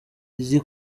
izi